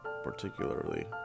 particularly